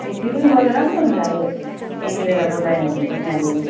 ए त्यो पनि गर्दा राम्रो हुन्छ अब एमएलएलाई बोलायो भने पनि अब